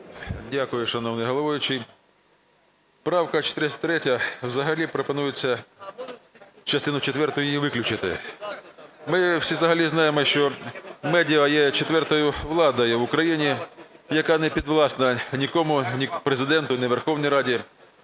Дякую, шановний головуючий. Правка 403, взагалі пропонується частину четверту її виключити. Ми всі взагалі знаємо, що медіа є четвертою владою в Україні, яка непідвласна нікому: ні Президенту, ні Верховній Раді.